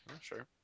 Sure